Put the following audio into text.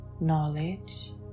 knowledge